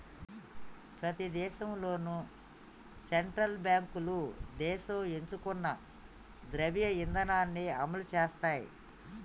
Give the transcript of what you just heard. ప్రతి దేశంలోనూ సెంట్రల్ బ్యాంకులు దేశం ఎంచుకున్న ద్రవ్య ఇధానాన్ని అమలు చేత్తయ్